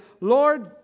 Lord